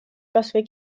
kasvõi